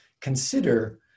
consider